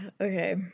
Okay